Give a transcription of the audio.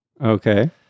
Okay